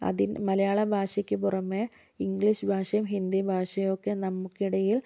അതിൽ മലയാളഭാഷയ്ക്ക് പുറമേ ഇംഗ്ലീഷ് ഭാഷയും ഹിന്ദി ഭാഷയും ഒക്കെ നമുക്കിടയില്